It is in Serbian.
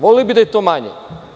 Voleli bi smo da je to manje.